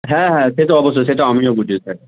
হ্যাঁ হ্যাঁ সে তো অবশ্যই সে তো আমিও বুঝি স্যার